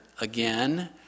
again